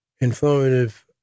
informative